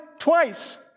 twice